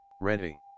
Ready